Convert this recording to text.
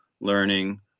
learning